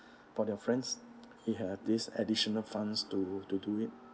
for their friends they have this additional funds to to do it